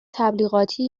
تبلیغاتی